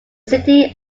city